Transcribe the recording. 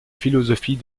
philosophie